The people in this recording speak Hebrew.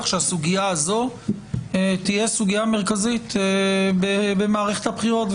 שהסוגיה הזאת תהיה סוגיה מרכזית במערכת הבחירות,